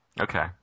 Okay